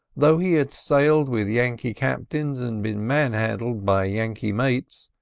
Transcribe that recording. though he had sailed with yankee captains and been man-handled by yankee mates,